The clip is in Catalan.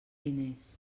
diners